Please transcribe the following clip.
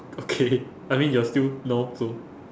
okay I mean you're still now so